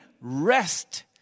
rest